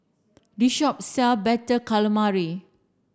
this shop sell better calamari